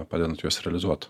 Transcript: padedant juos realizuot